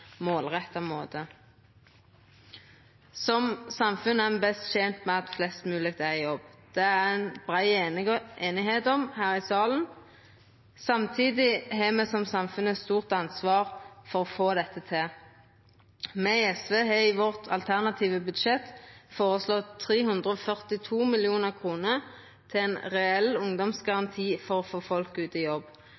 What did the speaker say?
målretta måte. Som samfunn er me best tente med at flest mogleg er i jobb. Det er det brei einigheit om her i salen. Samtidig har me som samfunn eit stort ansvar for å få dette til. Me i SV har i vårt alternative budsjett føreslått 342 mill. kr til ein reell